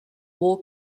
war